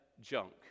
junk